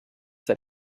that